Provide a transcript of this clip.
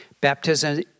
Baptism